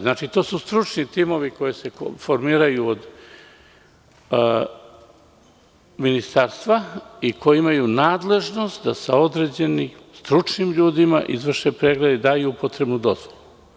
Znači, to su stručni timovi koji se formiraju od ministarstva i koji imaju nadležnost da sa određenim stručnim ljudima izvrše pregled i daju upotrebnu dozvolu.